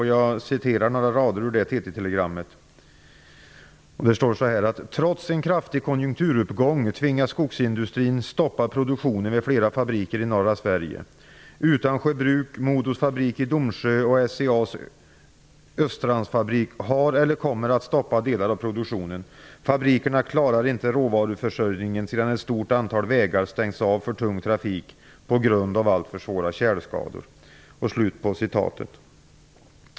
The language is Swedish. Jag vill citera några rader ur det TT telegrammet. Där står: ''Trots en kraftig konjunkturuppgång tvingas skogsindustrin stoppa produktionen vid flera fabriker i norra Sverige. Östrandsfabrik har eller kommer att stoppa delar av produktionen. Fabrikerna klarar inte råvaruförsörjningen sedan ett stort antal vägar stängts av för tung trafik på grund av allt för svåra tjälskador''.